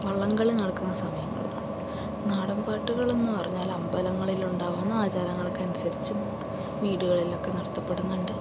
വള്ളംകളി നടക്കുന്ന സമയം നാടൻപാട്ടുകളെന്നു പറഞ്ഞാൽ അമ്പലങ്ങളിലുണ്ടാകുന്ന ആചാരങ്ങൾക്ക് അനുസരിച്ച് വീടുകളിലൊക്കെ നടത്തപ്പെടുന്നുണ്ട്